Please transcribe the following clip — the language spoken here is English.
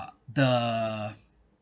the